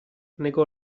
negò